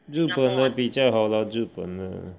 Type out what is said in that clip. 日本的比较好 lah 日本的